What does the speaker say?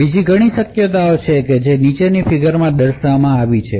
બીજી ઘણી શક્યતાઓ છે જે નીચેની ફિગરમાં દર્શાવવામાં આવી છે